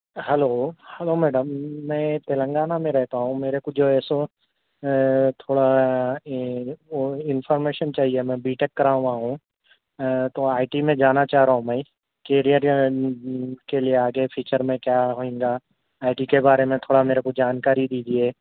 hello hello madam میں تلنگانہ میں رہتا ہوں میرے کو جو ہے سو تھوڑا انفارمیشن چاہیے میں بی ٹیک کرا ہوا ہوں تو میں آئی ٹی میں جانا چاہ رہا ہوں میں کے لیے آگے بھی فیوچر میں کیا ہوئیں گا آئی ٹی کے بارے میں تھوڑا میرے کو جانکاری دیجیے